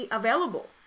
available